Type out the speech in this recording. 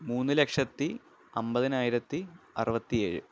മൂന്ന് ലക്ഷത്തി അൻപതിനായിരത്തി അറുപത്തിയേഴ്